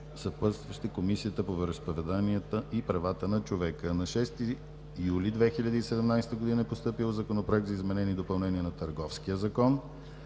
съпътстваща е Комисията по вероизповеданията и правата на човека. На 6 юли 2017 г. е постъпил Законопроект за изменение и допълнение на Търговския закон.